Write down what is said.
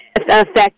affect